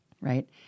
right